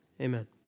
Amen